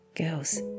Girls